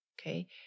okay